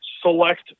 select